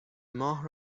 ماه